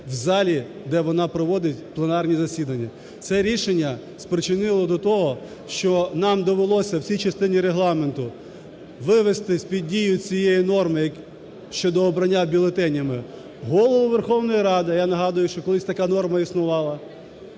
в залі, де вона проводить пленарні засідання. Це рішення спричинило до того, що нам довелося в цій частині Регламенту вивести з-під дії цієї норми щодо обрання бюлетенями Голову Верховної Ради, я нагадую, що колись така норма існувала,